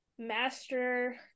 master